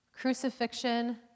crucifixion